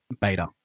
beta